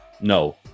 no